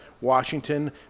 Washington